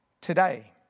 today